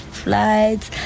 flights